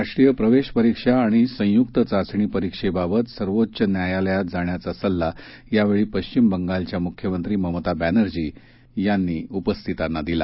राष्ट्रीय प्रवेश परीक्षा आणि संयुक्त चाचणी परीक्षेबाबत सर्वोच्च न्यायालयात जाण्याचा सल्ला यावेळी पश्चिम बंगालच्या मुख्यमंत्री ममता बँनर्जी यांनी उपस्थितांना दिला